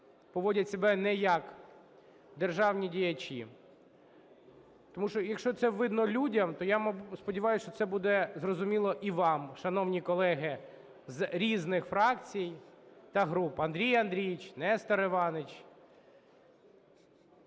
поводять себе не як державні діячі. Тому що, якщо це видно людям, то я сподіваюсь, що це буде зрозуміло і вам, шановні колеги з різних фракцій та груп. Андрій Андрійович, Нестор Іванович.